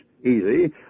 Easy